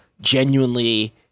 genuinely